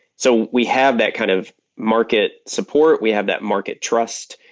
so we have that kind of market support, we have that market trust,